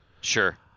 Sure